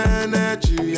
energy